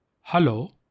Hello